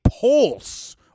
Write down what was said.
pulse